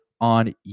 on